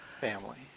family